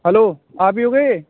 hello आप भी हो गए